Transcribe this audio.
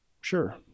Sure